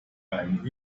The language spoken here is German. einen